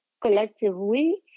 collectively